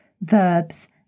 verbs